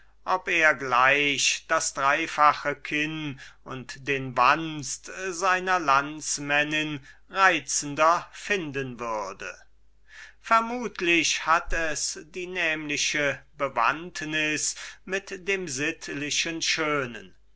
ob er gleich das dreifache kinn und den wanst seiner landsmännin reizender finden würde laß uns zu dem sittlichen schönen